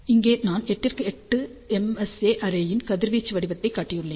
இங்கே நான் 8 x 8 MSA அரேயின் கதிர்வீச்சு வடிவத்தைக் காட்டியுள்ளேன்